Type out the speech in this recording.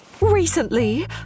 Recently